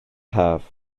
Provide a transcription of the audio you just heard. haf